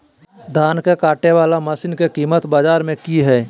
धान के कटे बाला मसीन के कीमत बाजार में की हाय?